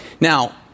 Now